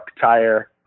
tire